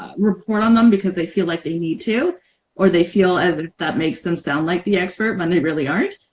report on them because they feel like they need to or they feel as if that makes them sound like the expert when they really aren't.